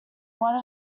one